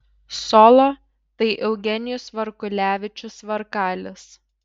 solo tai eugenijus varkulevičius varkalis